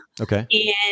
Okay